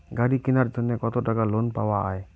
গাড়ি কিনার জন্যে কতো টাকা লোন পাওয়া য়ায়?